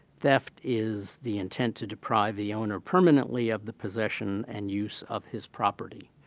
theft is the intent to deprive the owner permanently of the possession and use of his property.